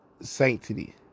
sanctity